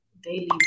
Daily